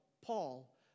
Paul